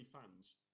fans